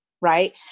Right